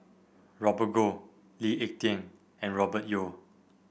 Robert Goh Lee Ek Tieng and Robert Yeo